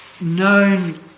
known